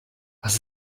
was